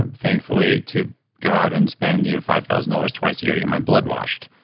um thankfully, to go out and spend you know five thousand dollars twice a year to get my blood washed.